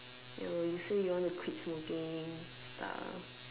you you say you want to quit smoking star